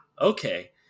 okay